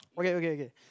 okay okay okay